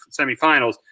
semifinals